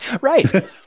Right